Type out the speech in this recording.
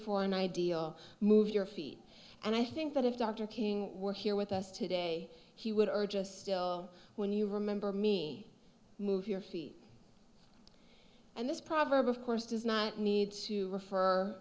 for an ideal move your feet and i think that if dr king were here with us today he would urge us still when you remember me move your feet and this proverb of course does not need to refer